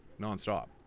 nonstop